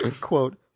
quote